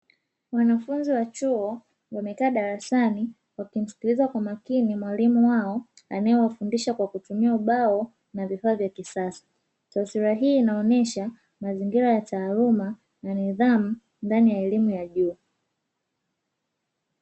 Wanafunzi wa chuo wamekaa darasani wakimsikiliza kwa makini mwalimu wao anae wafundisha kwa kutumia ubao na vifaa vya kisasa, taswira hii inaonyesha mazingira ya taluma na nidhamu ndani ya elimu ya juu.